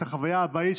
את החוויה האבהית,